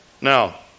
Now